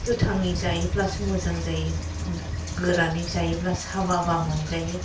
गोथाङै जायोब्लासो मोजां जायो गोरानै जायोब्ला साबाबा मोनजायो